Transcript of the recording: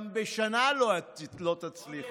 גם בשנה לא תצליחו.